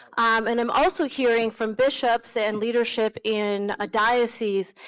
and i'm also hearing from bishops and leadership in a diocese,